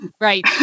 right